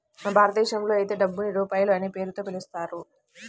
మన భారతదేశంలో అయితే డబ్బుని రూపాయి అనే పేరుతో పిలుస్తారు